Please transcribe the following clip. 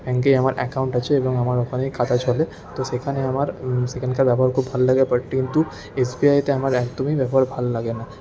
ব্যাঙ্কেই আমার অ্যাকাউন্ট আছে এবং আমার ওখানেই খাতা চলে তো সেখানে আমার সেখানকার ব্যবহার খুব ভাল লাগে বাট কিন্তু এস বি আইতে আমার একদমই ব্যবহার ভাল লাগে না